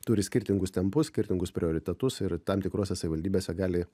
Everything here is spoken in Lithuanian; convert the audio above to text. turi skirtingus tempus skirtingus prioritetus ir tam tikrose savivaldybėse gali